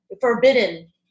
forbidden